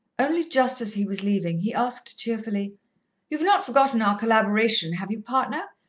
only just as he was leaving, he asked cheerfully you've not forgotten our collaboration, have you, partner?